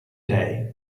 day